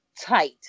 tight